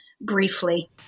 briefly